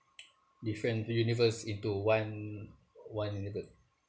different universe into one one universe